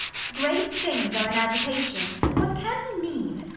great things are in agitation! what can he mean?